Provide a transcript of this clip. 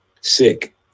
sick